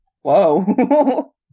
whoa